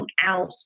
out